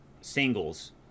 singles